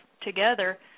together